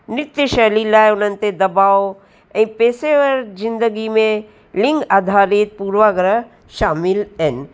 नित शैली लाइ उन्हनि ते दबाउ ऐं पेसेवर ज़िंदगी में लिंग आधारित पूर्वाग्रह शामिलु आहिनि